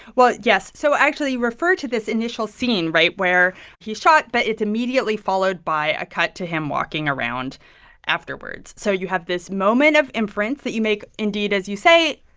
well, yes. so actually, you refer to this initial scene right? where he's shot, but it's immediately followed by a cut to him walking around afterwards. so you have this moment of inference that you make, indeed, as you say,